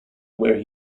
where